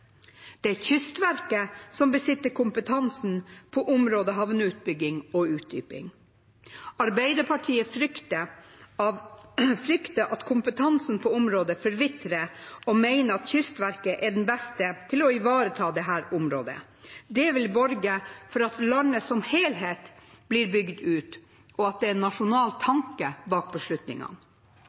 Det er Kystverket som besitter kompetansen på området havneutbygging og -utdyping. Arbeiderpartiet frykter at kompetansen på området forvitrer, og mener at Kystverket er de beste til å ivareta dette området. Det vil borge for at landet som helhet blir bygd ut, og at det er en nasjonal tanke bak beslutningene.